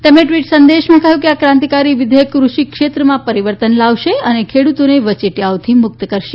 તેમણે ટ્વીટ સંદેશમાં કહ્યું કે આ ક્રાંતિકારી વિધેયક કૃષિ ક્ષેત્રમાં પરિવર્તન લાવશે અને ખેડૂતોને વચેટીઓથી મુક્ત કરશે